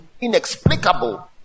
inexplicable